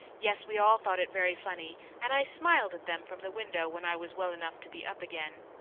yes, we all thought it very funny, and i smiled at them from the window when i was well enough to be up again.